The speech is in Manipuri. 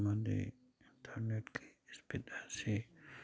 ꯑꯃꯗꯤ ꯏꯟꯇꯔꯅꯦꯠꯀꯤ ꯏꯁꯄꯤꯗ ꯑꯁꯤ